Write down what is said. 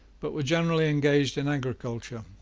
but were generally engaged in agriculture,